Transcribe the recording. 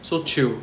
so chill